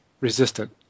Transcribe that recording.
resistant